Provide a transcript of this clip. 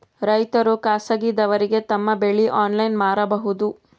ರೈತರು ಖಾಸಗಿದವರಗೆ ತಮ್ಮ ಬೆಳಿ ಆನ್ಲೈನ್ ಮಾರಬಹುದು?